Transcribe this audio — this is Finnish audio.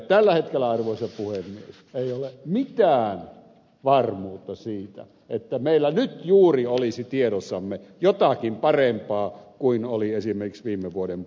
tällä hetkellä arvoisa puhemies ei ole mitään varmuutta siitä että meillä nyt juuri olisi tiedossamme jotakin parempaa kuin oli esimerkiksi viime vuoden puolella